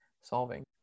solving